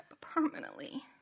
permanently –